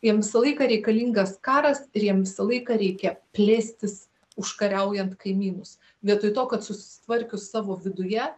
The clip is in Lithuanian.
jiem visą laiką reikalingas karas ir jiem laiką reikia plėstis užkariaujant kaimynus vietoj to kad susitvarkius savo viduje